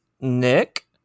Nick